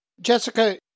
Jessica